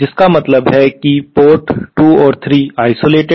जिसका मतलब है कि पोर्ट 2 और 3 आइसोलेटेड हैं